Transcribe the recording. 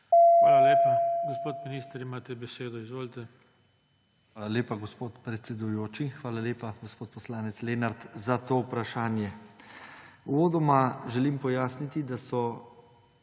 Hvala lepa. Gospod minister, imate besedo. Izvolite. JANEZ CIGLER KRALJ: Hvala lepa, gospod predsedujoči. Hvala lepa, gospod poslanec Lenart, za to vprašanje. Uvodoma želim pojasniti, da so